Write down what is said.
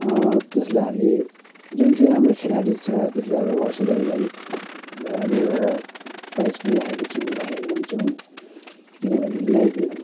त्यसलाई हामीले जुन चाहिँ राम्रो खेलाडि छ त्यसलाई अब हौसलाको लागि हामीले एउटा प्राइज पनि राखेका छौँ राखेको हुन्छौँ किनभने उनीहरूलाई